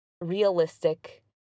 realistic